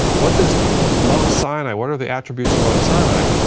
what does mount sinai, what are the attributes of mount sinai?